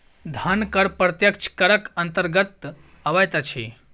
धन कर प्रत्यक्ष करक अन्तर्गत अबैत अछि